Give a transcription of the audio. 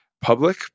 public